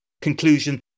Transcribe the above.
Conclusion